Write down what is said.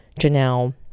janelle